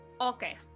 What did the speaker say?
Okay